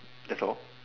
that's all